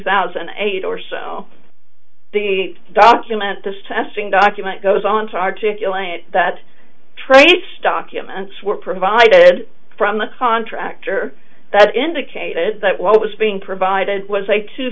thousand and eight or so the document this testing document goes on to articulate that trace documents were provided from the contractor that indicated that what was being provided was